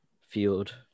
field